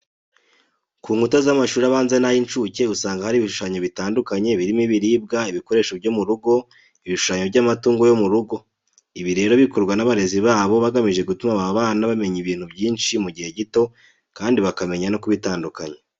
Ku nkuta z'amashuri abanza n'ay'incuke usanga hariho ibishushanyo bitandukanye birimo ibiribwa, ibikoresho byo mu rugo, ibishushanyo by'amatungo yo mu rugo. Ibi rero bikorwa n'abarezi babo bagamije gutuma aba bana bamenya ibintu byinshi mu gihe gito kandi bakamenya no kubitandukanya.